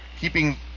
keeping